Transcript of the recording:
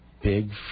big